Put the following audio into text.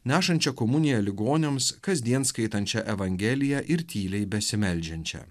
nešančią komuniją ligoniams kasdien skaitančią evangeliją ir tyliai besimeldžiančią